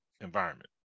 environment